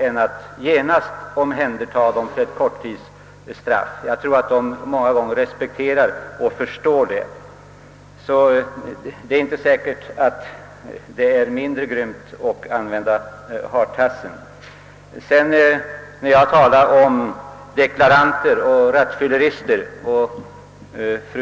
än att genast omhänderta dem för korttidsstraff. Jag tror att de i många fall respekterar och förstår ett korttidsstraff. Det är alltså inte säkert att det är mindre grymt att använda hartassen. Fru Gärde Widemar ansåg att jag svävade ut när jag talade om falskdeklaranter och rattfyllerister.